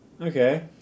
Okay